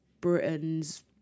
Britain's